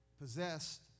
possessed